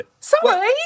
Sorry